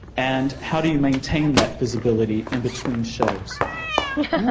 and how do you maintain that visibility in between shows?